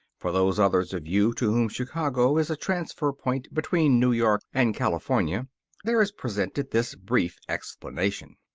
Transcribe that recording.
for those others of you to whom chicago is a transfer point between new york and california there is presented this brief explanation